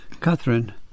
Catherine